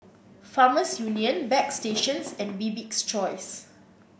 Farmers Union Bagstationz and Bibik's Choice